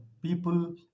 people